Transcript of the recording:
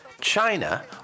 China